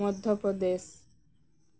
Madhya Pradesh